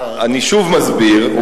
אני מסביר שוב,